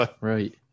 Right